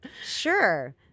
sure